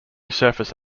surface